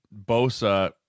Bosa